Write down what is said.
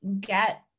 get